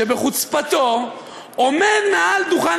שבחוצפתו עומד מעל דוכן